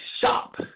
shop